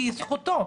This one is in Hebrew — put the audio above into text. כי זכותו.